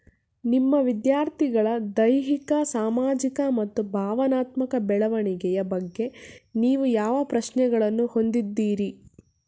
ನಿಮ್ಮ ವಿದ್ಯಾರ್ಥಿಗಳ ದೈಹಿಕ ಸಾಮಾಜಿಕ ಮತ್ತು ಭಾವನಾತ್ಮಕ ಬೆಳವಣಿಗೆಯ ಬಗ್ಗೆ ನೀವು ಯಾವ ಪ್ರಶ್ನೆಗಳನ್ನು ಹೊಂದಿದ್ದೀರಿ?